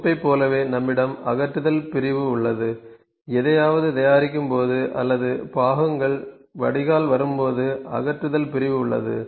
தொகுப்பைப் போலவே நம்மிடம் அகற்றுதல் பிரிவு உள்ளது எதையாவது தயாரிக்கும்போது அல்லது பாகங்கள் வடிகால் வரும் போது அகற்றுதல் பிரிவு உள்ளது